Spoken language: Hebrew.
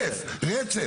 רצף, רצף.